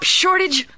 shortage